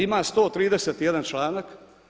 Ima 131 članak.